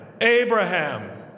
Abraham